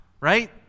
right